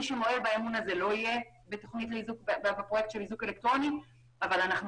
מי שמועל באמון הזה לא יהיה בפרויקט של האיזוק האלקטרוני אבל אנחנו